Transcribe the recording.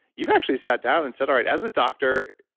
you've actually sat down and said, all right. as a doctor,